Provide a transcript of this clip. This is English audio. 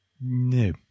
no